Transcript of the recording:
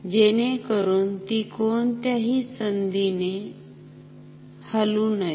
जेणेकरून ती कोणत्याही संधीने हलु नये